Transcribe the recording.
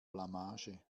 blamage